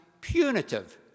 Punitive